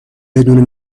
بدون